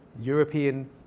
European